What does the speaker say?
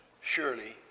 surely